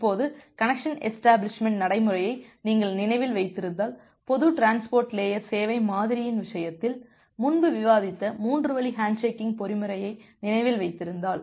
இப்போது connection establishment நடைமுறையை நீங்கள் நினைவில் வைத்திருந்தால் பொது டிரான்ஸ்போர்ட் லேயர் சேவை மாதிரியின் விஷயத்தில் முன்பு விவாதித்த 3 வழி ஹேண்ட்ஷேக்கிங் பொறிமுறையை நினைவில் வைத்திருந்தால்